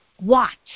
watch